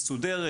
מסודרת,